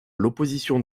l’opposition